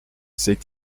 c’est